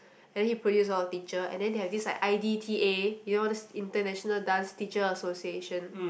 then he produce a lot of teacher and then they have this like i_d_t_a you know this international dance teacher association